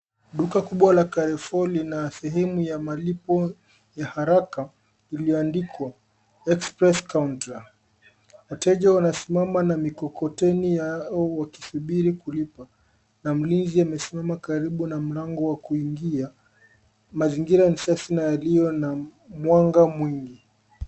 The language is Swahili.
Duka kubwa la Carrefour lina sehemu ya malipo ya haraka iliyoandikwa express counter . Wateja wanasimama na mikokoteni yao wakisubiri kulipa na mlinzi amesimama karibu na mlango wa kuingia. Mazingira ni safi na yaliyo na mwanga mwingi.